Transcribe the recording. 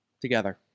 together